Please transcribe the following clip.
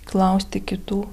klausti kitų